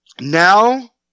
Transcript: Now